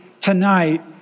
tonight